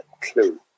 clue